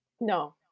No